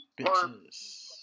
bitches